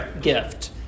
gift